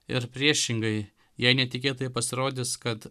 ir priešingai jei netikėtai pasirodys kad